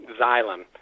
Xylem